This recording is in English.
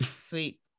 sweet